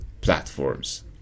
platforms